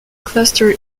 cluster